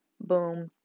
boom